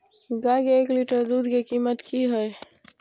गाय के एक लीटर दूध के कीमत की हय?